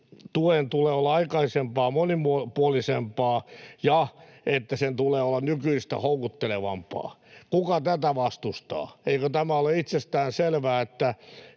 tuen tulee olla aikaisempaa monipuolisempaa ja että sen tulee olla nykyistä houkuttelevampaa. Kuka tätä vastustaa? Eikö tämä ole itsestään selvää,